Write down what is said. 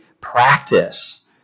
practice